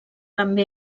també